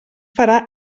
farà